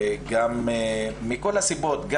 עסקים, אוכל, מעונות, עבודה.